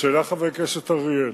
שהעלה חבר הכנסת אריאל,